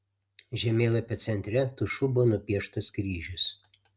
žemėlapio centre tušu buvo nupieštas kryžius